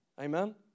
Amen